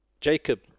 Jacob